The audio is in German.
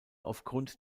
aufgrund